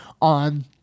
on